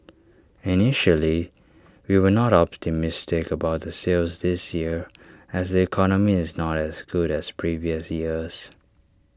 initially we were not optimistic about the sales this year as the economy is not as good as previous years